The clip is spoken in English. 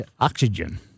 oxygen